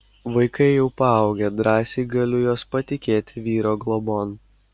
vaikai jau paaugę drąsiai galiu juos patikėti vyro globon